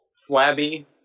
flabby